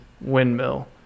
windmill